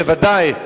בוודאי.